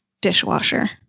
dishwasher